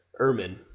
Ermin